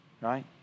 right